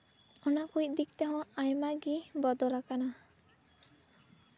ᱚᱱᱟ ᱠᱚ ᱫᱤᱠ ᱛᱮᱦᱚᱸ ᱟᱭᱢᱟᱜᱮ ᱵᱚᱫᱚᱞ ᱟᱠᱟᱱᱟ